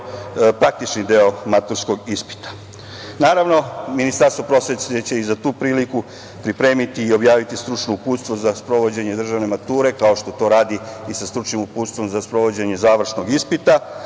praktični deo maturskog ispita. Naravno Ministarstvo prosvete će i za tu priliku pripremiti i objaviti stručno uputstvo za sprovođenje državne mature, kao što to radi i sa stručnim uputstvom za sprovođenje završnog ispita